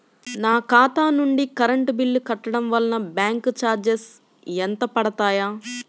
నా ఖాతా నుండి కరెంట్ బిల్ కట్టడం వలన బ్యాంకు చార్జెస్ ఎంత పడతాయా?